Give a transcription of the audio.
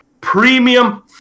Premium